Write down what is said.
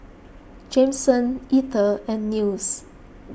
Jameson Etter and Nils